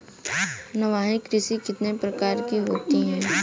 निर्वाह कृषि कितने प्रकार की होती हैं?